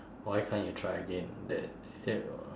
why can't you try again that